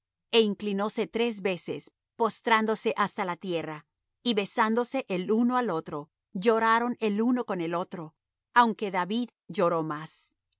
é inclinóse tres veces postrándose hasta la tierra y besándose el uno al otro lloraron el uno con el otro aunque david lloró más